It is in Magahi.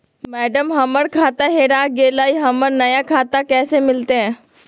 मैडम, हमर खाता हेरा गेलई, हमरा नया खाता कैसे मिलते